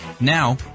Now